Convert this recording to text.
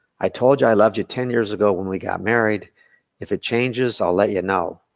i told you i loved you ten years ago when we got married if it changes, i'll let you know.